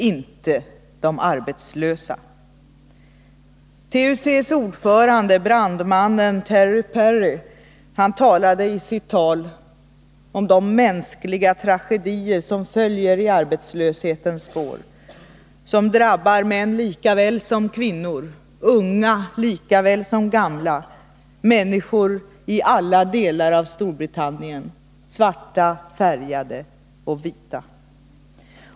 Inte de arbetslösa.” TUC:s ordförande, brandmannen Terry Parry, talade i sitt anförande om de mänskliga tragedier som följer i arbetslöshetens spår, som drabbar män lika väl som kvinnor, unga lika väl som gamla, människor i alla delar av Storbritannien — svarta, färgade och vita.